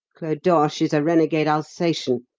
clodoche is a renegade alsatian,